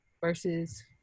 versus